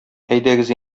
әйдәгез